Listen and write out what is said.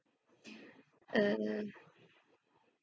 err